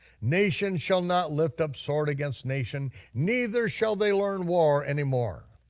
nation shall not lift up sword against nation, neither shall they learn war anymore.